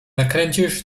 nakręcisz